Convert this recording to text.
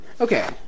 Okay